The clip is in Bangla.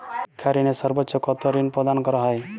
শিক্ষা ঋণে সর্বোচ্চ কতো ঋণ প্রদান করা হয়?